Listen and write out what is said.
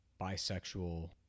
bisexual